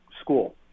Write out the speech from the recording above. school